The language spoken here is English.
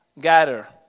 Gather